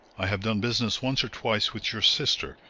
i have done business once or twice with your sister,